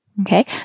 Okay